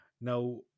Now